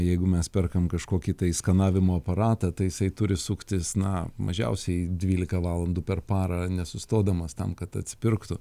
jeigu mes perkam kažkokį tai skanavimo aparatą tai jisai turi suktis na mažiausiai dvylika valandų per parą nesustodamas tam kad atsipirktų